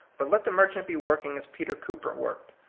but let the merchant be work ing as peter cooper worked,